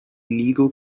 illegal